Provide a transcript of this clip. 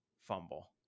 fumble